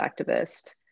activist